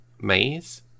maze